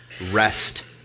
rest